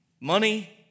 Money